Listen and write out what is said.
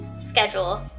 schedule